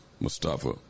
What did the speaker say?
Mustafa